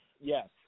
yes